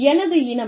எனது இனம்